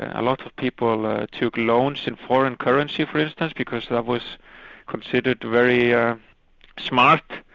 a lot of people took loans in foreign currency for instance, because that was considered very yeah smart.